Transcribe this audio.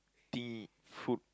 thing food